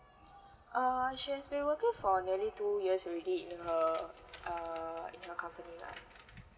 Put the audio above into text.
err she has been working for nearly two years already in her err in her company lah